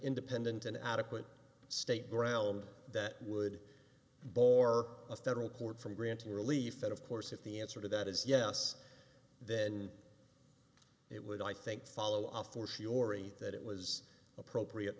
independent and adequate state ground that would bore a federal court from granting relief and of course if the answer to that is yes then it would i think follow off or shiori that it was appropriate